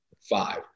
five